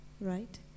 right